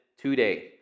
today